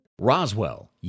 Roswell